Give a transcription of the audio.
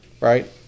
Right